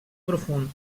profund